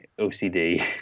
OCD